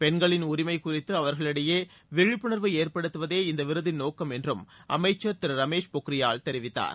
பெண்களின் உரிமை குறித்து அவர்களிடையே விழிப்புணர்வு ஏற்படுத்துவதே இந்த விருதின் நோக்கம் என்றும் அமைச்சர் திரு ரமேஷ் பொக்ரியால் தெரிவித்தார்